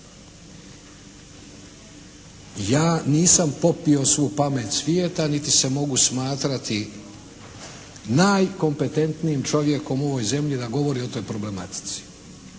Ja nisam popio svu pamet svijeta niti se mogu smatrati najkompetentnijim čovjekom u ovoj zemlji da govori o ovoj problematici.